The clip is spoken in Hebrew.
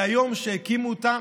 מהיום שהקימו אותה,